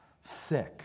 sick